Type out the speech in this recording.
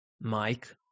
Mike